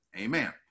Amen